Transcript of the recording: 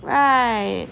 right